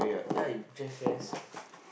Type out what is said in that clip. ya you jackass